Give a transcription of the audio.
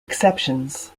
exceptions